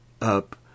up